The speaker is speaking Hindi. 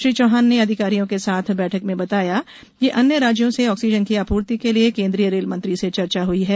श्री चौहान ने अधिकारियों के साथ बैठक में बताया कि अन्य राज्यों से ऑक्सीजन की आपूर्ति के लिए केंद्रीय रेल मंत्री से भी चर्चा हुई हैं